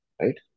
right